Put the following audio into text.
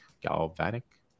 galvanic